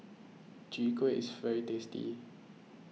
Chwee Kueh is very tasty